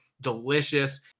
delicious